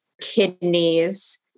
kidneys